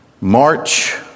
March